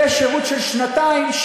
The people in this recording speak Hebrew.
ושירות של שנתיים,